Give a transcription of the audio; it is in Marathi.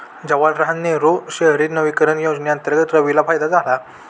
जवाहरलाल नेहरू शहरी नवीकरण योजनेअंतर्गत रवीला फायदा झाला